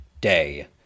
Day